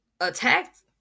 attacked